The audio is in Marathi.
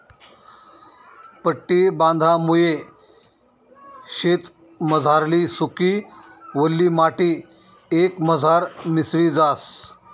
पट्टी बांधामुये शेतमझारली सुकी, वल्ली माटी एकमझार मिसळी जास